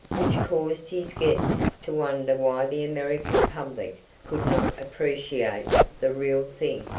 which caused his guests to wonder why the american public could not appreciate the real thing.